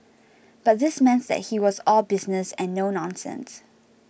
but this meant that he was all business and no nonsense